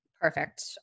Perfect